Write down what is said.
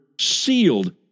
sealed